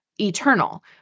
eternal